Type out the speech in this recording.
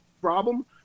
problem